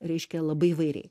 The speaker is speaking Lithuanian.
reiškia labai įvairiai